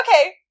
okay